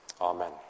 amen